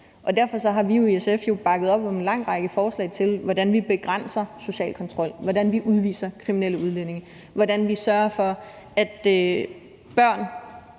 Derfor har vi i SF jo bakket op om en lang række forslag til, hvordan vi begrænser social kontrol, hvordan vi udviser kriminelle udlændinge, hvordan vi sørger for, at